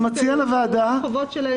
זה יהיה על חשבונו.